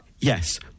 yes